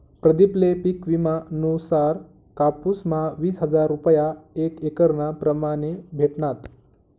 प्रदीप ले पिक विमा नुसार कापुस म्हा वीस हजार रूपया एक एकरना प्रमाणे भेटनात